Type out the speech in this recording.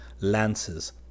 lances